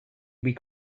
weak